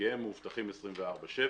כי הם מאובטחים 24/7